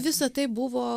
visa tai buvo